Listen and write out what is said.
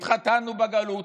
התחתנו בגלות,